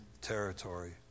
territory